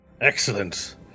Excellent